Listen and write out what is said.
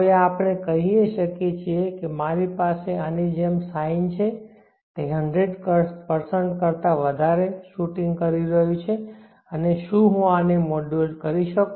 હવે આપણે કહીએ કે મારી પાસે આની જેમ sine છે તે 100 કરતા વધારે શૂટિંગ કરી રહ્યું છે અને શું હું આને મોડ્યુલેટ કરી શકું